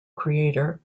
creator